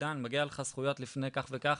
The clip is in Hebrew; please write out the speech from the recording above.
מגיע לך זכויות לפני כך וכך,